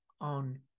on